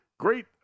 Great